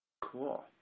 Cool